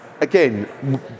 again